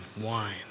wine